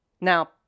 Now